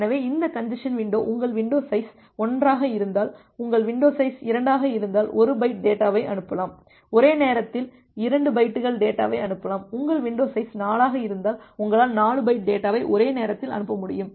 எனவே இந்த congestion window உங்கள் வின்டோ சைஸ் 1 ஆக இருந்தால் உங்கள் வின்டோ சைஸ் 2 ஆக இருந்தால் 1 பைட் டேட்டாவை அனுப்பலாம் ஒரே நேரத்தில் 2 பைட்டுகள் டேட்டாவை அனுப்பலாம் உங்கள் வின்டோ சைஸ் 4 ஆக இருந்தால் உங்களால் 4 பைட்டு டேட்டாவை ஒரே நேரத்தில் அனுப்ப முடியும்